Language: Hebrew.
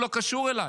הוא לא קשור אליי.